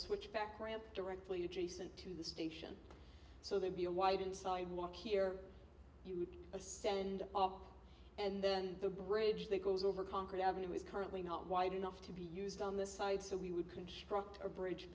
switchback ramp directly adjacent to the station so there'd be a widening sidewalk here you would ascend all and then the bridge that goes over concord avenue is currently not wide enough to be used on the side so we would construct a bridge